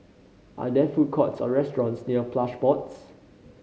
are there food courts or restaurants near Plush Pods